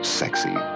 sexy